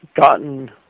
gotten